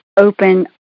open